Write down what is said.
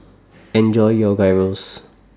Enjoy your Gyros